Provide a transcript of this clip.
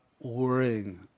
worrying